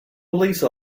police